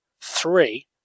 Three